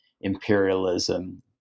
imperialism